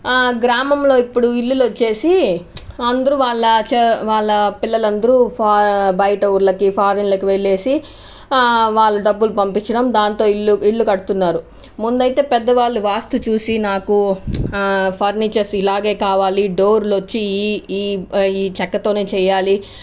గ్రామంలో ఇప్పుడు ఇల్లులు వచ్చేసి అందరూ వాళ్ళ వాళ్ళ పిల్లలందరూ ఫా బయట ఊళ్ళకి ఫారెన్ లకి వెళ్ళేసి వాళ్ళు డబ్బులు పంపించడం దాంతో ఇల్లు ఇల్లు కడుతున్నారు ముందైతే పెద్దవాళ్ళు వాస్తు చూసి నాకు ఫర్నిచర్స్ ఇలాగే కావాలి డోర్లు వచ్చి ఈ ఈ ఈ చెక్కతోనే చేయాలి